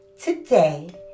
today